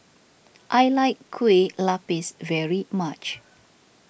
I like Kueh Lapis very much